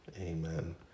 Amen